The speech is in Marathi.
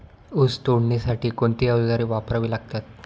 ऊस तोडणीसाठी कोणती अवजारे वापरावी लागतात?